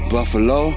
Buffalo